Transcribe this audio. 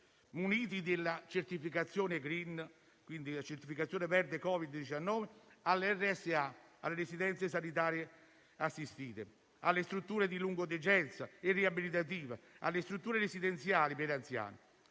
muniti della certificazione verde Covid-19, alle RSA, Residenze sanitarie assistenziali, alle strutture di lungodegenza e riabilitativa, alle strutture residenziali per anziani.